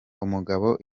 umugabo